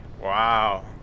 Wow